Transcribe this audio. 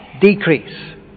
decrease